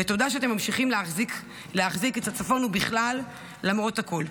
ותודה שאתם ממשיכים להחזיק את הצפון ובכלל למרות הכול.